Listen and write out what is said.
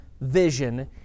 vision